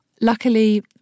luckily